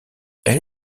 elle